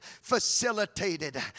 facilitated